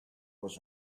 was